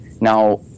Now